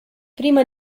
prima